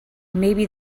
maybe